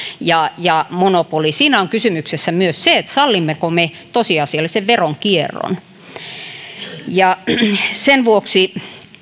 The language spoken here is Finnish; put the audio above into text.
ja ja monopoli siinä on kysymyksessä myös se sallimmeko me tosiasiallisen veronkierron sen vuoksi